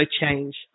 change